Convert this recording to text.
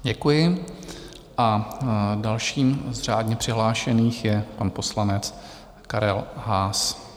Děkuji a dalším z řádně přihlášených je pan poslanec Karel Haas.